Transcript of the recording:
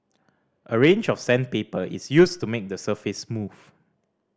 a range of sandpaper is used to make the surface smooth